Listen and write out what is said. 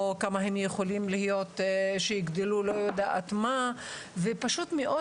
או כמה הם יכולים להיות שיגדלו לא יודעת מה ופשוט מאוד